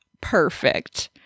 perfect